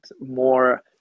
more